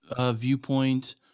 viewpoint